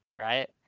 right